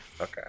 Okay